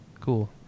cool